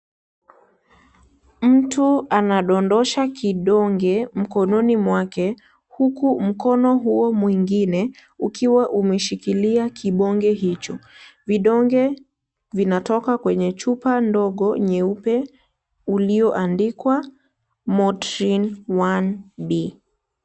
Mtu anadondosha kidonge mkononi mwake huku mkono huo muingine ukiwa umeshikilia kibonge hicho. vidonge vinatoka kwenye chupa ndogo nyeupe ulioandikwa MOTRIN 1B.